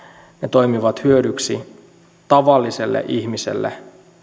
toimivat hyödyksi tavalliselle ihmiselle